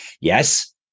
yes